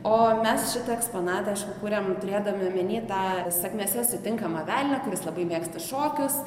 o mes šitą eksponatą aišku kūrėm turėdami omeny tą sakmėse sutinkamą velnią kuris labai mėgsta šokius